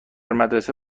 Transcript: مدرسه